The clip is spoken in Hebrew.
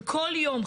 שכל יום,